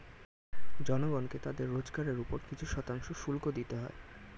জনগণকে তাদের রোজগারের উপর কিছু শতাংশ শুল্ক দিতে হয়